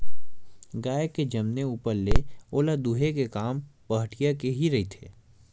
गाय के जनमे ऊपर ले ओला दूहे के काम पहाटिया के ही रहिथे